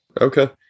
Okay